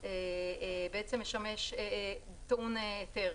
הוא טעון היתר